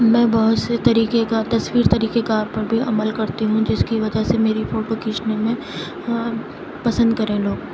میں بہت سے طریقے کا تصویر طریقۂ کار پر بھی عمل کرتی ہوں جس کی وجہ سے میری فوٹو کھینچنے میں پسند کریں لوگ